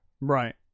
Right